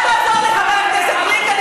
אל תעזור לי, חבר הכנסת גליק.